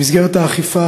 במסגרת האכיפה,